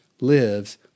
lives